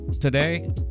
today